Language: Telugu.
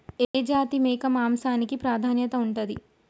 ఏ జాతి మేక మాంసానికి ప్రాధాన్యత ఉంటది?